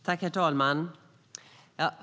Herr talman!